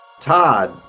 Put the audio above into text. todd